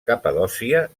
capadòcia